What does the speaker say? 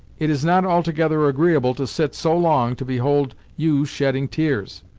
it is not altogether agreeable to sit so long to behold you shedding tears.